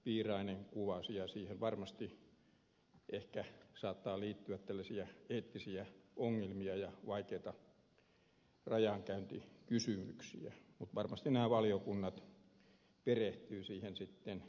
piirainen kuvasivat ja siihen varmasti saattaa liittyä tällaisia eettisiä ongelmia ja vaikeita rajankäyntikysymyksiä mutta varmasti valiokunnat sitten perehtyvät siihen yksityiskohtaisesti